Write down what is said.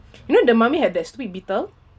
you know the mummy had that stupid beetle